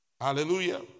Hallelujah